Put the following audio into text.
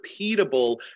repeatable